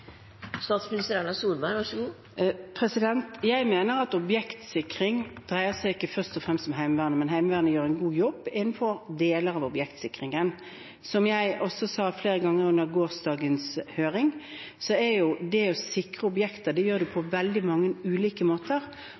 Jeg mener at objektsikring ikke først og fremst dreier seg om Heimevernet, men Heimevernet gjør en god jobb innenfor deler av objektsikringen. Som jeg også sa flere ganger under gårsdagens høring, sikrer man objekter på veldig mange ulike måter. Vi har hatt perioder hvor det